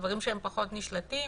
דברים שהם פחות נשלטים